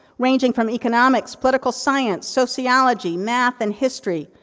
ranging from economics, political science, sociology, math and history.